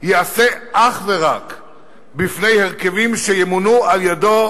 ייעשה אך ורק בפני הרכבים שימונו על-ידו